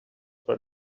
for